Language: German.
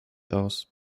aus